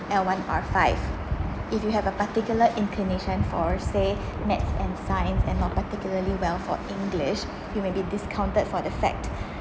L_one_R_five if you have a particular inclination for say math and science and not particularly well for english you may be discounted for the fact